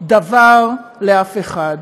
לאף אחד.